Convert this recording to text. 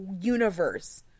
universe